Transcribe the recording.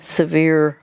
severe